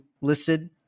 listed